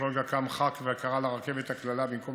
וקודם היה קם ח"כ וקרא לה "רכבת הקללה"